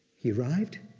he arrived,